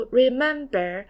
remember